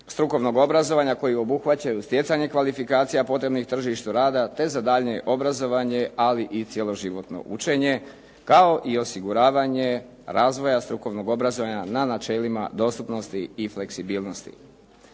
strukovnog obrazovanja koji obuhvaćaju stjecanje kvalifikacija potrebnih tržištu rada, te za daljnje obrazovanje ali i cjeloživotno učenje, kao i osiguravanje razvoja strukovnog obrazovanja na načelima dostupnosti i fleksibilnosti.